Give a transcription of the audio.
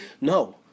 No